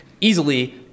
easily